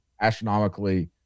astronomically